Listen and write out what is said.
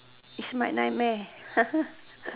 it's my nightmare